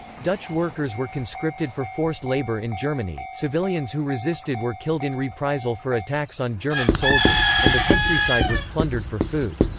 dutch workers were conscripted for forced labour in germany, civilians who resisted were killed in reprisal for attacks on german soldiers, and the countryside was plundered for food.